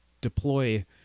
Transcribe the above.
deploy